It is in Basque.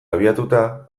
abiatuta